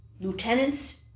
lieutenants